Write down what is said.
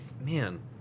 man